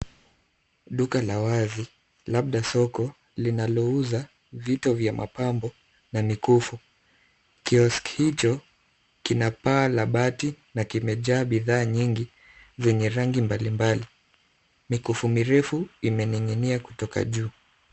Duka la wazi labda soko, linalouza vito vya mapambo na mikufu ,kioski hicho kina paa la bati na kimejaa bidhaa nyingi zenye rangi mbalimbali, mikufu mirefu imening'inia kutoka juu.